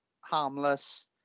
harmless